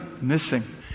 missing